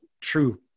True